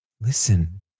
Listen